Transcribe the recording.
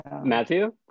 matthew